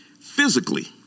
physically